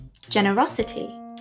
generosity